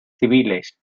civiles